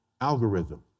algorithm